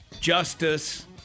Justice